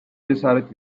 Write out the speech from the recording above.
cesaret